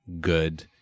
good